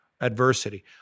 adversity